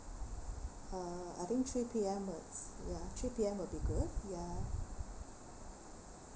uh I think three P_M would ya three P_M would be good ya